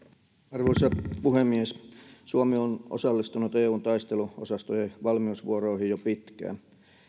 arvoisa puhemies suomi on osallistunut eun taisteluosastojen valmiusvuoroihin jo pitkään